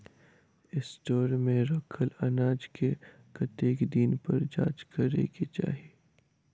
Store मे रखल अनाज केँ कतेक दिन पर जाँच करै केँ चाहि?